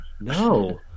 No